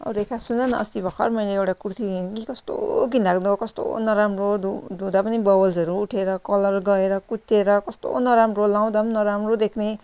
औ रेखा सुन न अस्ती भर्खर मैले एउटा कुर्थी नि कस्तो घिनलाग्दो कस्तो नराम्रो धुँ धुँदा पनि बबल्सहरू उठेर कलर गएर कुच्चेर कस्तो नराम्रो लाँउदा पनि नराम्रो देख्ने